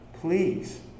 Please